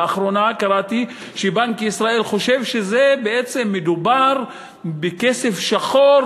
לאחרונה קראתי שבנק ישראל חושב שבעצם מדובר בכסף שחור